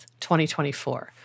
2024